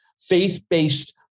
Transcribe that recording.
faith-based